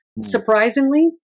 surprisingly